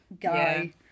guy